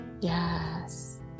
Yes